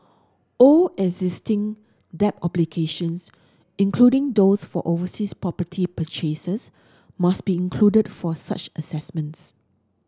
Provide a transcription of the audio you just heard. all existing debt obligations including those for overseas property purchases must be included for such assessments